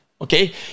okay